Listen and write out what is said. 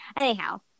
Anyhow